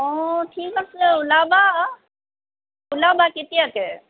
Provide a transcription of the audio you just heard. অঁ ঠিক আছে ওলাবা ওলাবা কেতিয়াকৈ